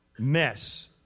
mess